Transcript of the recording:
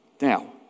Now